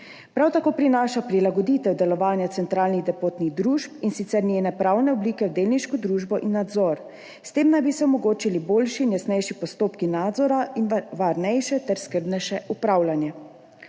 Prav tako prinaša prilagoditev delovanja centralnih depotnih družb, in sicer njene pravne oblike v delniško družbo in nadzor. S tem naj bi se omogočili boljši in jasnejši postopki nadzora in varnejše ter skrbnejše upravljanje.